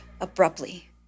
abruptly